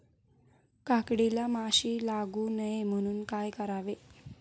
काकडीला माशी लागू नये म्हणून काय करावे?